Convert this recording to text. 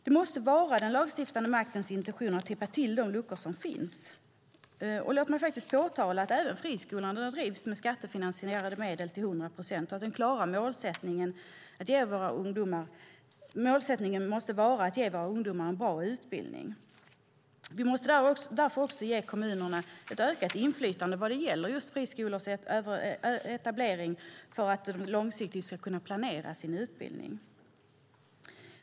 Det måste vara den lagstiftande maktens intentioner att täppa till de luckor som finns. Låt mig påtala att även friskolorna drivs med skattefinansierade medel till 100 procent och där målsättningen måste vara att ge våra ungdomar en bra utbildning. Vi måste därför också ge kommunerna ett ökat inflytande vad gäller friskolors etablering för att de långsiktigt ska kunna planera sin utbildning.